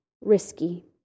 risky